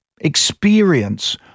experience